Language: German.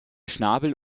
schnabel